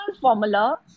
formula